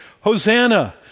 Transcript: Hosanna